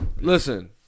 listen